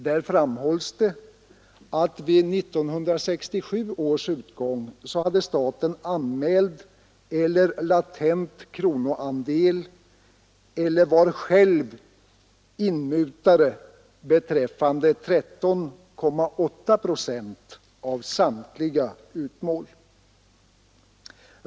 Där framhålls det att vid 1967 års utgång hade staten anmäld eller latent kronoandel eller var själv inmutare beträffande 13,8 procent av samtliga utmål.